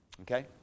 okay